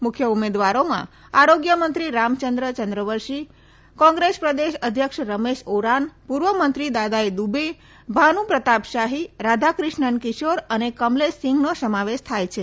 મુખ્ય ઉમેદવારોમાં આરોગ્યમંત્રી રામચંદ્ર ચંદ્રવંશી કોંગ્રેસ પ્રદેશ અધ્યક્ષ રમેશ ઓરાન પૂર્વ મંત્રી દાદાઇ દુબે ભાનુ પ્રતાપ શાહી રાધાક્રિષ્ન કિશોર અને કમલેશ સીંઘનો સમાવેશ થાય છે